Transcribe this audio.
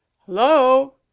Hello